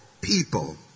people